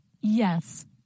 yes